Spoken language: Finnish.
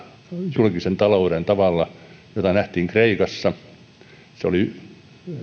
julkisen talouden tavalla jota nähtiin kreikassa se oli